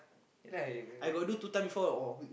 ya you